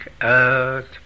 earth